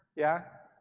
yeah?